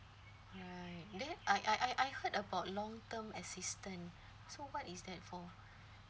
right then I I I I heard about long term assistance so what is that for